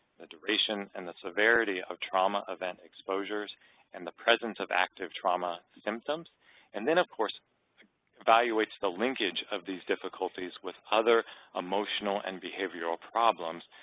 the duration, and the severity of trauma event exposures and the presence of active trauma symptoms and then of course evaluates the linkage of these difficulties with other emotional and behavioral problems.